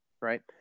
right